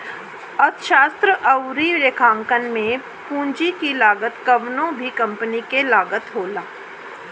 अर्थशास्त्र अउरी लेखांकन में पूंजी की लागत कवनो भी कंपनी के लागत होला